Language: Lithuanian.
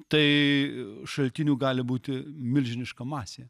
tai šaltinių gali būti milžiniška masė